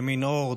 ימין אורד,